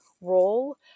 role